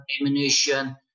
ammunition